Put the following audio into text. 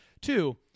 Two